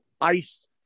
ice